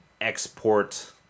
export